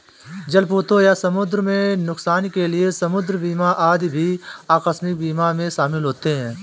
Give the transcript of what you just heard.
जलपोतों या समुद्र में नुकसान के लिए समुद्र बीमा आदि भी आकस्मिक बीमा में शामिल होते हैं